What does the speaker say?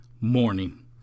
morning